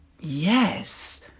yes